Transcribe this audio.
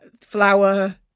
flour